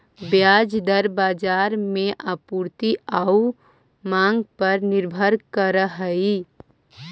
ब्याज दर बाजार में आपूर्ति आउ मांग पर निर्भर करऽ हइ